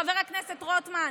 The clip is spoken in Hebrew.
חבר הכנסת רוטמן,